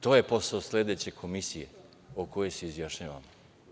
To je posao sledeće komisije o kojoj se izjašnjavamo.